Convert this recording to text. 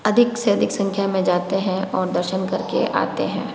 अधिक से अधिक संख्या में जाते हैं और दर्शन करके आते हैं